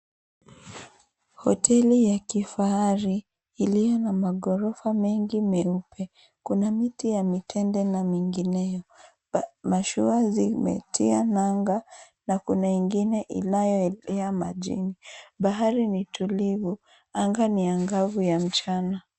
Hoteli ya kifahari iliyo na magorofa mengi meupe, kuna miti ya mitende na mingineo. Mashua zimetia nanga na kuna ingine inayoelea majini. Bahari ni tulivu anga ni angavu ya mchana.